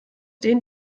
denen